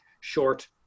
short